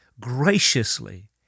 graciously